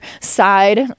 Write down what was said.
side